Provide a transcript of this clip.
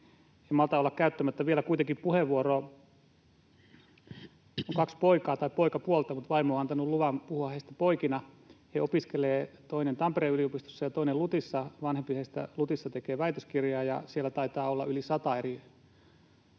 en malta olla käyttämättä vielä kuitenkin puheenvuoroa. Kaksi poikaani — tai poikapuolta, mutta vaimo antanut luvan puhua heistä poikina — opiskelevat, toinen Tampereen yliopistossa ja toinen LUTissa. Vanhempi heistä LUTissa tekee väitöskirjaa, ja siellä taitaa olla yli sataa eri